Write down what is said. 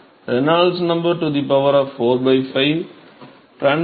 023 Re4 5 Pr 0